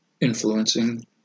influencing